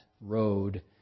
road